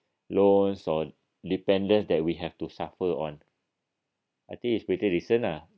loans or dependence that we have to suffer on I think it's pretty decent lah